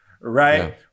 right